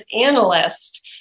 analyst